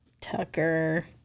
Tucker